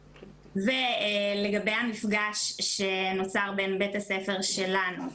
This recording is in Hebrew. לגבי המפגש שנוצר בין בית הספר שלנו,